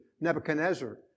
Nebuchadnezzar